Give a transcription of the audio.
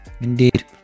indeed